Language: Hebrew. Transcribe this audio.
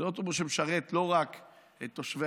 זה אוטובוס שמשרת לא רק את תושבי